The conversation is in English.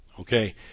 Okay